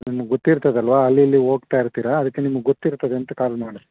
ನಿಮಗೆ ಗೊತ್ತಿರುತ್ತದಲ್ವಾ ಅಲ್ಲಿ ಇಲ್ಲಿ ಹೋಗ್ತಾ ಇರ್ತೀರ ಅದಕ್ಕೆ ನಿಮ್ಗೆ ಗೊತ್ತಿರ್ತದೆಂತ ಕಾಲ್ ಮಾಡಿದೆ